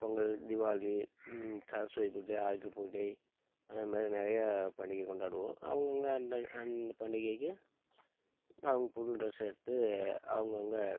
பொங்கல் தீபாவளி சரஸ்வதி பூஜை ஆயுத பூஜை அது மாதிரி நிறைய பண்டிகை கொண்டாடுவோம் அவங்கவங்க அந்தந்த அந்த பண்டிகைக்கு அவங்க புது ட்ரெஸ்ஸு எடுத்து அவங்கவுங்க